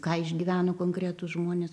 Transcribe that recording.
ką išgyveno konkretūs žmonės